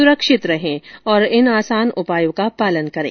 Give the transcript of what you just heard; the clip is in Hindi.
सुरक्षित रहें और इन तीन आसान उपायों का पालन करें